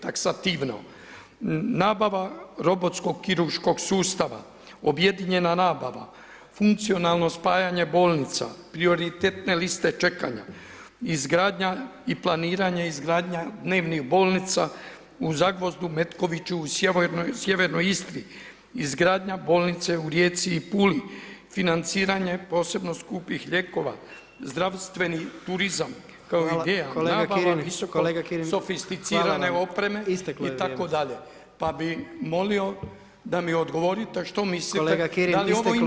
Taksativno: nabava robotsko kirurškog sustava, objedinjena nabava, funkcionalno spajanje bolnica, prioritetne liste čekanja, izgradnja i planiranje izgradnje dnevnih bolnica u Zagvozdu, Metkoviću, sjevernoj Istri, izgradnja bolnice u Rijeci i Puli, financiranje posebno skupih lijekova, zdravstveni turizam, kao i ideja nabava visoko sofisticirane opreme itd [[Upadica predsjednik: Kolega Kirin, isteklo je vrijeme…]] pa bi molio da mi odgovorite što mislite da li.